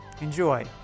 Enjoy